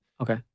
okay